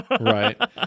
Right